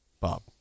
Bob